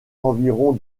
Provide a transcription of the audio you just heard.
environ